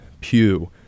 Pew